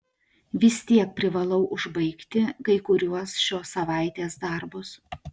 vis tiek privalau užbaigti kai kuriuos šios savaitės darbus